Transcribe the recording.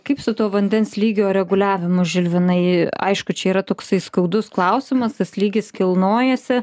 kaip su tuo vandens lygio reguliavimu žilvinai aišku čia yra toksai skaudus klausimas tas lygis kilnojasi